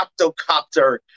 octocopter